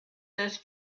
this